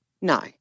No